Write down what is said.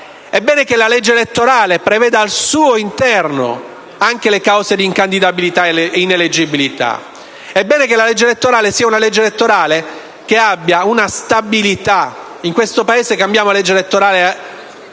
È bene che la legge elettorale preveda al suo interno anche le cause di incandidabilità ed ineleggibilità. È bene altresì che la legge elettorale abbia stabilità. In questo Paese cambiamo legge elettorale ogni